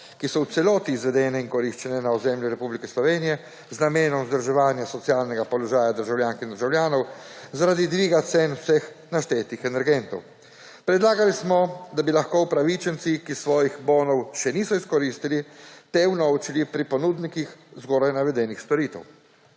ki so v celoti izvedene in koriščene na ozemlju Republike Slovenije z namenom vzdrževanja socialnega položaja državljank in državljanov zaradi dviga cen vseh naštetih energentov. Predlagali smo, da bi lahko upravičenci, ki svojih bonov še niso izkoristili, te unovčili pri ponudnikih zgoraj navedenih storitev.